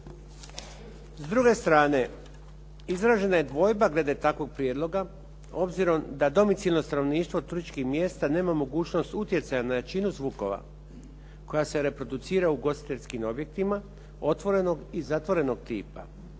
S druge strane, izražena je dvojba glede takvog prijedloga obzirom da domicilno stanovništvo turističkih mjesta nema mogućnost utjecaja na jačinu zvukova koja se reproducira u ugostiteljskim objektima otvorenog i zatvorenog tipa.